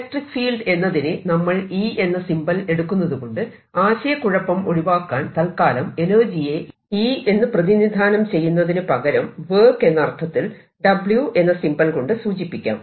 electric field എന്നതിന് നമ്മൾ E എന്ന സിംബൽ എടുക്കുന്നതുകൊണ്ട് ആശയക്കുഴപ്പം ഒഴിവാക്കാൻ തത്കാലം എനർജിയെ E എന്ന് പ്രതിനിധാനം ചെയ്യുന്നതിന് പകരം വർക്ക് എന്ന അർത്ഥത്തിൽ W എന്ന സിംബൽ കൊണ്ട് സൂചിപ്പിക്കാം